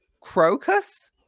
crocus